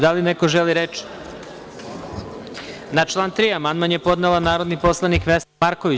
Da li neko želi reč? (Ne.) Na član 3. Amandman je podnela narodni poslanik Vesna Marković.